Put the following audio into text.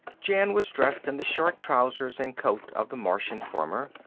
jan was dressed in the short trousers and coat of the martian farmer,